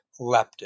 leptin